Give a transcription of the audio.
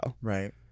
Right